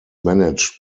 managed